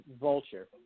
Vulture